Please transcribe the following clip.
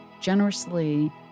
Generously